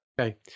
Okay